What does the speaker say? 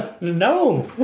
No